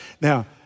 Now